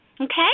Okay